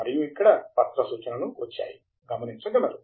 మరియు ఇక్కడ పత్ర సూచనలు వచ్చాయి గమనించగలరు